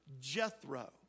Jethro